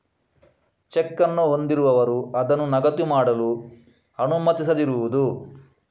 check ಅನ್ನು ಹೊಂದಿರುವವರು ಅದನ್ನು ನಗದು ಮಾಡಲು ಅನುಮತಿಸದಿರುವುದು